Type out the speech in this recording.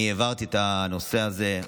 אני העברתי את הנושא הזה.